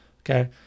okay